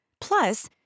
Plus